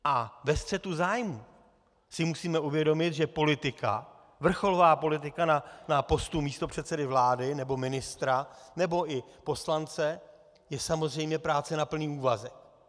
A ve střetu zájmů si musíme uvědomit, že politika, vrcholová politika na postu místopředsedy vlády nebo ministra nebo i poslance, je samozřejmě práce na plný úvazek.